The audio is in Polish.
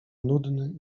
nudny